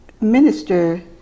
minister